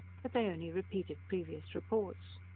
but they only repeated previous reports.